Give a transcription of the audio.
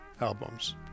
albums